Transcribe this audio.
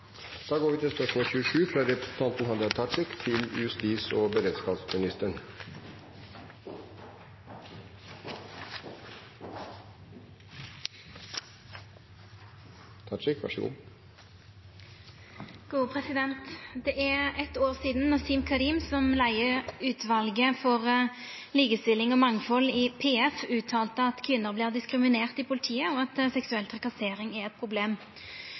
Spørsmål 26 er behandlet tidligere, så vi går til spørsmål 27. «Det er eit år sidan Nasim Karim, leiar i utvalet for likestilling og mangfald i PF, uttalte at kvinner vert diskriminerte i politiet, og at seksuell trakassering er eit problem.